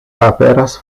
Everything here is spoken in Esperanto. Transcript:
aperas